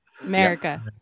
America